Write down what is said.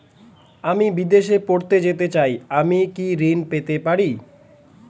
আমি বিদেশে পড়তে যেতে চাই আমি কি ঋণ পেতে পারি?